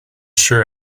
sure